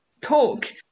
talk